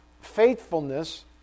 faithfulness